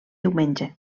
diumenge